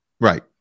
Right